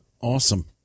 Awesome